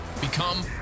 Become